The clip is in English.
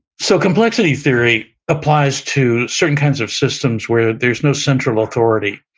so, complexity theory applies to certain kinds of systems where there's no central authority.